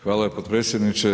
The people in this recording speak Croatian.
Hvala potpredsjedniče.